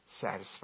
satisfied